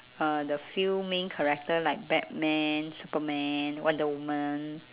uh the few main character like batman superman wonder woman